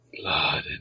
Blood